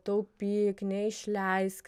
taupyk neišleisk